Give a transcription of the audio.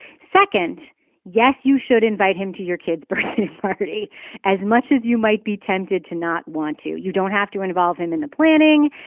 second yes you should invite him to your kid's birthday party as much as you might be tempted to not want to. you don't have to involve him in the planning.